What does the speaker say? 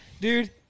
Dude